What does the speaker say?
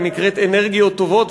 היא נקראת "אנרגיות טובות",